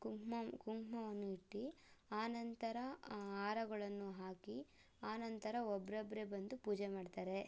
ಕುಂಕುಮ ಕುಂಕುಮವನ್ನು ಇತ್ತು ಆನಂತರ ಆ ಹಾರಗಳನ್ನು ಹಾಕಿ ಆನಂತರ ಒಬ್ರೊಬ್ರೆ ಬಂದು ಪೂಜೆ ಮಾಡ್ತಾರೆ